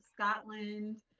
Scotland